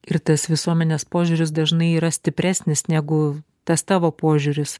ir tas visuomenės požiūris dažnai yra stipresnis negu tas tavo požiūris